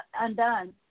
undone